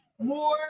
More